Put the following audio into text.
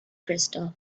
crystal